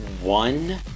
one